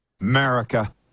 America